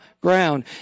ground